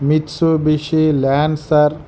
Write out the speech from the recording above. Mitsubishi lancer